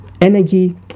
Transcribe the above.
energy